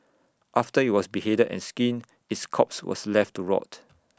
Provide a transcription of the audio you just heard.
after IT was beheaded and skinned its corpse was left to rot